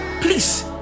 please